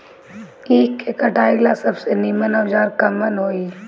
ईख के कटाई ला सबसे नीमन औजार कवन होई?